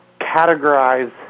categorize